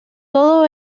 todo